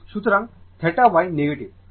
সুতরাং θ Y negative